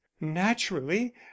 naturally